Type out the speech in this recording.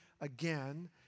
again